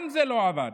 גם זה לא עבד.